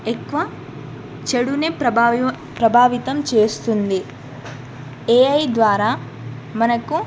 ఎక్కువ చెడునే ప్రభావితం చేస్తుంది ఏ ఐ ద్వారా మనకు